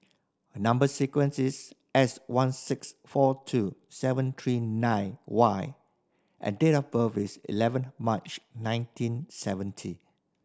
number sequence is S one six four two seven three nine Y and date of birth is eleven March nineteen seventy